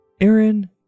Aaron